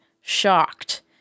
shocked